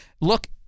look